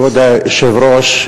כבוד היושב-ראש,